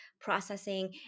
processing